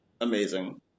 amazing